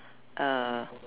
uh